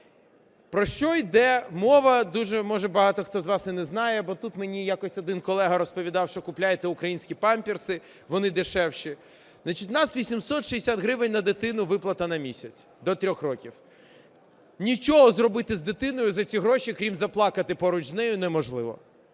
Про що йде мова дуже, може, багато хто з вас і не знає, бо тут мені якось один колега розповідав, що купляйте українські памперси, вони дешевші. Значить, у нас 860 гривень на дитину виплата на місяць до трьох років. Нічого зробити з дитиною за ці гроші, крім заплакати поруч з нею, неможливо.